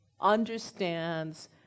understands